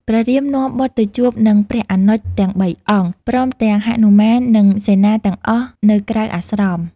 ព្រះរាមនាំបុត្រទៅជួបនឹងព្រះអនុជទាំងបីអង្គ ព្រមទាំងហនុមាននិងសេនាទាំងអស់នៅក្រៅអាស្រម។